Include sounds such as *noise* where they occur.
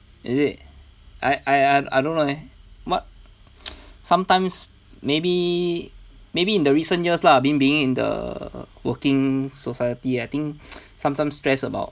is it I I don't know leh what *noise* sometimes maybe maybe in the recent years lah being being in the working society I think *noise* sometimes stressed about